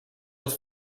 het